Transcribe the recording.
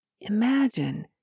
Imagine